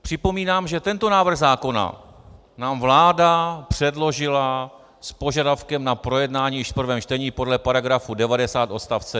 Připomínám, že tento návrh zákona nám vláda předložila s požadavkem na projednání již v prvém čtení podle § 90 odst.